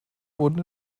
wurden